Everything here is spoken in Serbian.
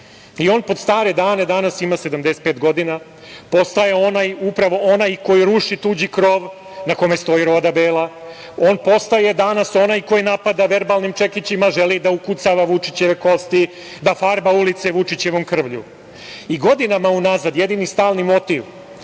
On pod stare dane, danas ima 75 godina, postaje upravo onaj koji ruši tuđi krov na kome stoji roda bela, on postaje danas onaj koji napada verbalnim čekićima, želi da ukucava Vučićeve kosti, da farba ulice Vučićevom krvlju. Godinama unazad jedini stalni motiv